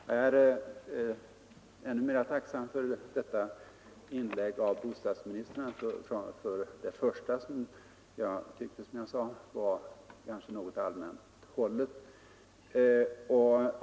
Fru talman! Jag är ännu mer tacksam för detta inlägg av bostadsministern. Det första var som jag sade litet väl allmänt hållet.